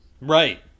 Right